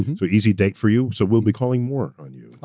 and so easy date for you. so we'll be calling more on you.